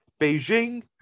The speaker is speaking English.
Beijing